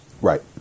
Right